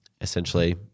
essentially